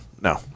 no